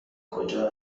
کجا